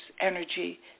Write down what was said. energy